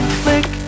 click